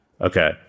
Okay